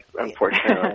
unfortunately